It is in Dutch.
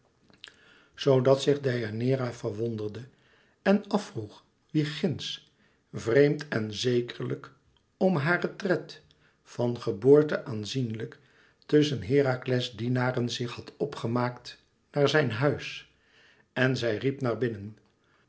dat zich deianeira verwonderde en af vroeg wie ginds vreemd en zekerlijk om haren tred van geboorte aanzienlijk tusschen herakles dienaren zich had op gemaakt naar zijn huis en zij riep naar binnen